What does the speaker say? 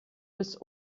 bis